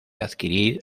adquirir